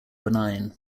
benign